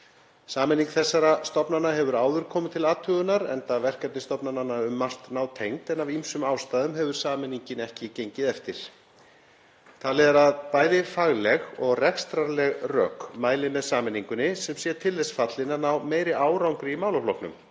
Sameining þessara stofnana hefur áður komið til athugunar enda verkefni stofnananna um margt nátengd en af ýmsum ástæðum hefur sameiningin ekki gengið eftir. Talið er að bæði fagleg og rekstrarleg rök mæli með sameiningunni sem sé til þess fallin að ná meiri árangri í málaflokknum